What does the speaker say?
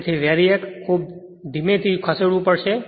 તેથી VARIAC ને ખૂબ ધીમે થી ખસેડવું પડશે